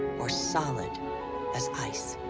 or solid as ice.